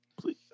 Please